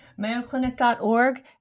Mayoclinic.org